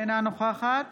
אינו נוכח יעל רון בן משה,